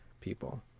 people